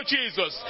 Jesus